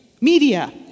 media